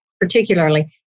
particularly